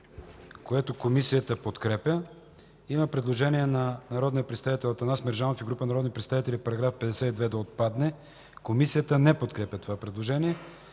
което Комисията подкрепя. Има предложение на народния представител Атанас Мерджанов и група народни представители § 52 да отпадне. Комисията не подкрепя това предложение.